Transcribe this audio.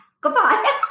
Goodbye